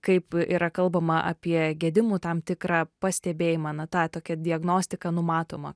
kaip yra kalbama apie gedimų tam tikrą pastebėjimą na tą tokią diagnostiką numatomą